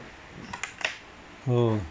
oh